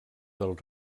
del